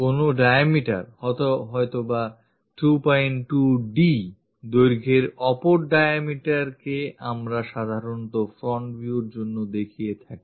কোন diameter হয়তোবা 22d দৈর্ঘ্যের অপর diameterকে আমরা সাধারণত front view র জন্য দেখিয়ে থাকি